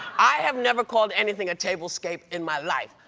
i have never called anything a table-scape in my life.